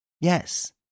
Yes